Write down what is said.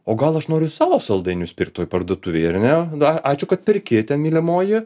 o gal aš noriu savo saldainius pirkt toj parduotuvėj ar ne na ačiū kad pirki ten mylimoji